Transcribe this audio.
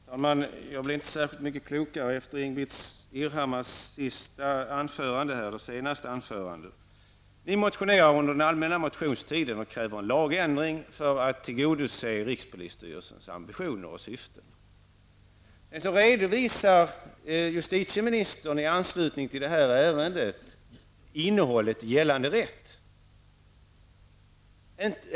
Herr talman! Jag blir inte särskilt mycket klokare efter Ingbritt Irhammars senaste anförande. Ni motionerar under den allmänna motionstiden och kräver lagändring för att tillgodose rikspolisstyrelsens ambitioner och syfte. Sedan redovisar justitieministern i anslutning till detta ärende innehållet i gällande rätt.